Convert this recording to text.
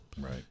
Right